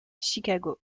chicago